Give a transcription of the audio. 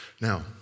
Now